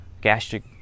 gastric